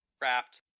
wrapped